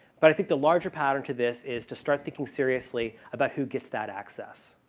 but i think the larger pattern to this is to start thinking seriously about who gets that access.